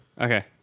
Okay